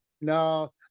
no